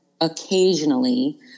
occasionally